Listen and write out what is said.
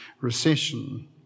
recession